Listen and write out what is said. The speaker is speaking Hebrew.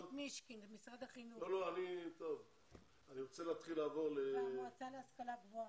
חגית מישקין ממשרד החינוך והמועצה להשכלה גבוהה.